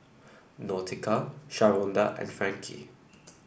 Nautica Sharonda and Frankie